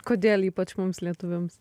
kodėl ypač mums lietuviams